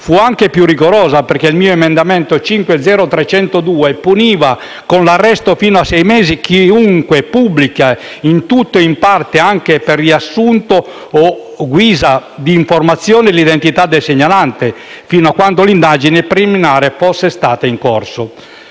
fu anche più rigorosa. L'emendamento 5.0.302, a mia firma, intendeva punire con l'arresto fino a sei mesi «chiunque pubblica in tutto o in parte, anche per riassunto o a guisa d'informazione, l'identità del segnalante», fino a quando l'indagine preliminare fosse stata in corso.